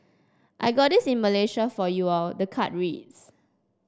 I got this in Malaysia for you all the card reads